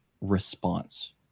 response